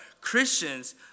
Christians